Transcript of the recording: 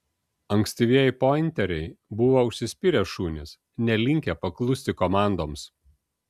ankstyvieji pointeriai buvo užsispyrę šunys nelinkę paklusti komandoms